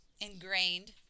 ingrained